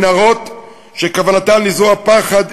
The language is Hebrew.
מנהרות שכוונתן לזרוע פחד,